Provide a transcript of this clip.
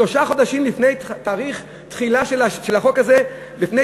שלושה חודשים לפני תאריך התחילה של החוק הזה,